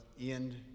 end